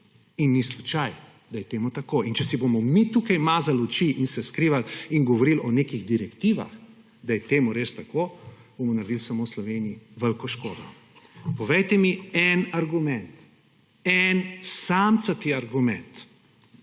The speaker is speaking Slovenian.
In ni slučaj, da je temu tako. In če si bomo mi tukaj mazali oči in se skrivali in govorili o nekih direktivah, da je temu res tako, bomo naredili samo v Sloveniji veliko škodo. Povejte mi en argument, en samcati argument,